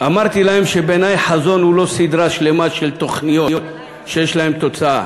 אמרתי להם שבעיני חזון הוא לא סדרה שלמה של תוכניות שיש להן תוצאה,